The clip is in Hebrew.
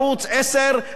אדוני שר האוצר,